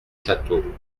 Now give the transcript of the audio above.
château